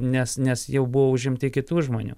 nes nes jau buvo užimti kitų žmonių